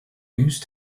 use